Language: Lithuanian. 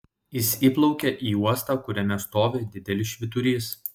jis įplaukia į uostą kuriame stovi didelis švyturys